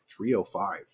305